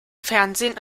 fernsehen